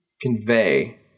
convey